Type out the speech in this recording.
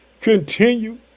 continue